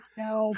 No